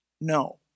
No